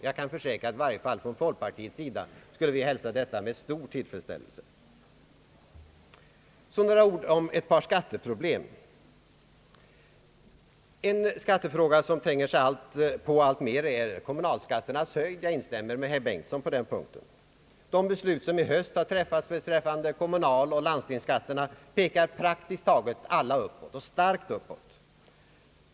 Jag kan försäkra att i varje fall vi inom folkpartiet skulle hälsa detta med stor tillfredsställelse. Så några ord om ett par skatteproblem. En skattefråga som tränger sig på alltmer är kommunalskatternas höjd. Jag instämmer med herr Bengtson på den punkten. De beslut som i höst har träffats beträffande kommunaloch landstingsskatterna pekar praktiskt taget alla uppåt och starkt uppåt.